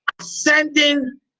ascending